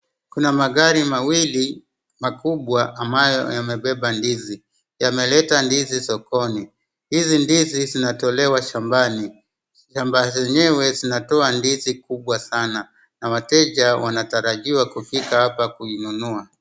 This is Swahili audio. Kuna magari mawili makubwa ambayo yamebeba ndizi. Yameleta ndizi sokoni. Hizi ndizi zinatolewa shambani. Shamba zenyewe zinatoa ndizi kubwa sana na wateja wanatarajiwa kufika hapa kuinunua.